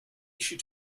issue